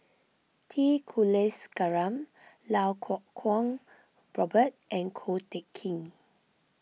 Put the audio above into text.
T Kulasekaram Lau Kuo Kwong Robert and Ko Teck Kin